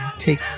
Take